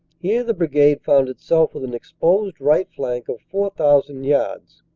here the brigade found itself with an exposed right flank of four thousand yards.